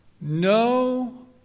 No